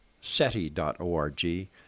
SETI.org